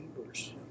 neighbors